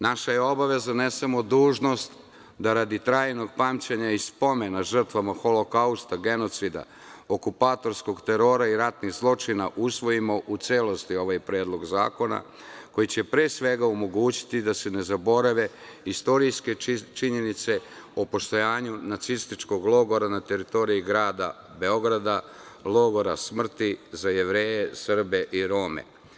Naša je obaveza, ne samo dužnost, da radi trajnog pamćenja i spomena žrtvama Holokausta, genocida, okupatorskog terora i ratnih zločina usvojimo u celosti ovaj Predlog zakona, koji će pre svega omogućiti da se ne zaborave istorijske činjenice o postojanju nacističkog logora na teritoriji grada Beograda, logora smrti za Jevreje, Srbe i Rome.